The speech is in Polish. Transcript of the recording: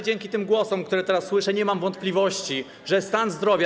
Dzięki tym głosom, które teraz słyszę, nie mam wątpliwości, że stan zdrowia.